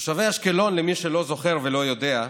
תושבי אשקלון, למי שלא זוכר ולא יודע,